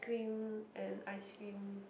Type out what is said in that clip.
cream and ice cream